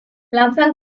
lanzan